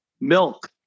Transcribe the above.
Milk